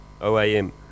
OAM